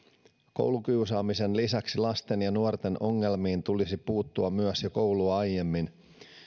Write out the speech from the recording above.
koulukiusaamisen lisäksi lasten ja nuorten ongelmiin tulisi puuttua myös jo koulua aiemmin